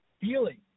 feeling